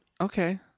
okay